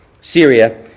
Syria